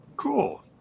Cool